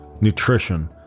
nutrition